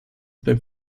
beim